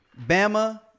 Bama